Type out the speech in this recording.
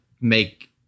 make